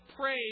praise